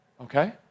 Okay